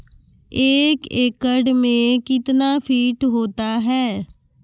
एक एकड मे कितना फीट होता हैं?